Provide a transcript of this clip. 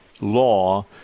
law